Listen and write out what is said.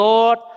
Lord